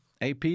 AP